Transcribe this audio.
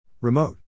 Remote